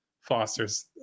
Foster's